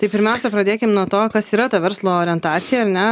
tai pirmiausia pradėkim nuo to kas yra ta verslo orientacija ar ne